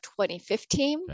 2015